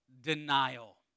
denial